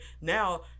now